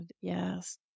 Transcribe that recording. Yes